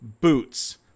boots